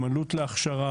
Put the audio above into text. עם עלות להכשרה.